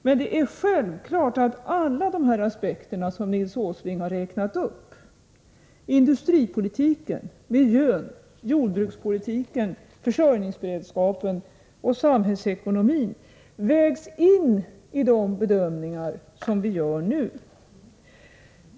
Men det är självklart att alla de aspekter som Nils Åsling räknat upp — industripolitiken, miljön, jordbrukspolitiken, försörjningsberedskapen och samhällsekonomin — vägs in i de bedömningar som vi gör nu.